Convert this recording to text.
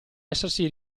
essersi